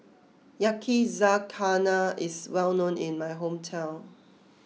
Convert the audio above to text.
Yakizakana is well known in my hometown